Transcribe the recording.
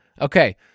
Okay